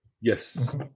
Yes